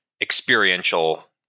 experiential